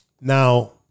Now